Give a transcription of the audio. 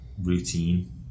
routine